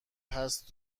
هست